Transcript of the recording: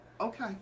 Okay